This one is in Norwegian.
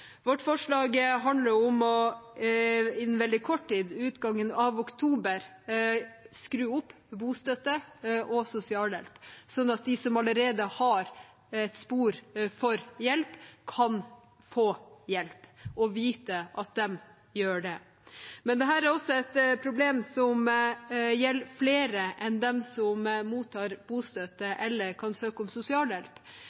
Vårt forslag handler om å skru opp bostøtten og sosialhjelpen innen veldig kort tid, utgangen av oktober, sånn at de som allerede har et spor for hjelp, kan få hjelp og vite at de vil få det. Men dette er et problem som gjelder flere enn dem som mottar